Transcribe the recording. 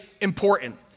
important